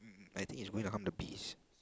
I think he's going to harm the bees